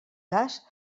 cas